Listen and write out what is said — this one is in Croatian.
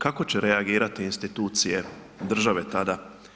Kako će reagirati institucije države tada?